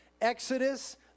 Exodus